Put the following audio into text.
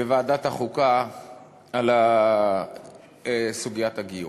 בוועדת החוקה על סוגיית הגיור.